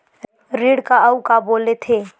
ऋण का अउ का बोल थे?